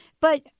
But-